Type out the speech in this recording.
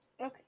Okay